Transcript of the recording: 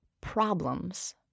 problems